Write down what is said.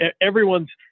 everyone's